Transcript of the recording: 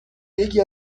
یکی